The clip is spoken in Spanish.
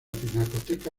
pinacoteca